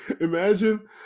imagine